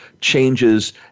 changes